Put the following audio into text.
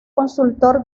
consultor